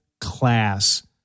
class